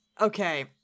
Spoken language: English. Okay